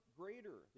greater